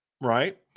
Right